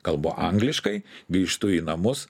kalbu angliškai grįžtu į namus